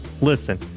listen